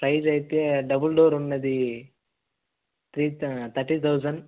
size అయితే double door ఉన్నది three thirty thousand